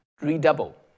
redouble